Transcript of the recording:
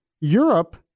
Europe